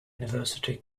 university